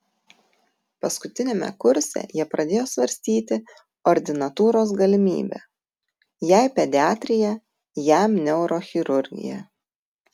paskutiniame kurse jie pradėjo svarstyti ordinatūros galimybę jai pediatrija jam neurochirurgija